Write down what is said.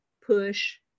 push